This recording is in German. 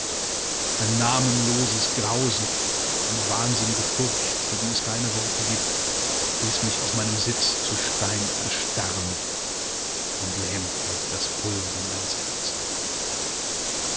ein namenloses grausen eine wahnsinnige furcht für die es keine worte gibt ließ mich auf meinem sitz zu stein erstarren und lähmte das pulsen meines herzens